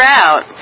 out